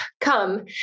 come